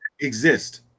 exist